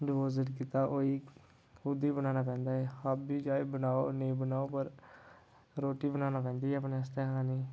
deposit कीता ओह् ही खुद ही बनाना पैंदा ऐ हाबी चाहो बनाओ नेईं बनाओ पर रोटी बनाना पैंदी ऐ अपने आस्तै बनानी